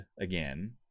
again